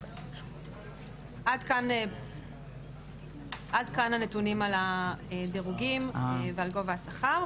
עד כאן הנתונים על הדירוגים ועל גובה השכר,